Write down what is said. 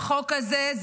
החוק הזה הוא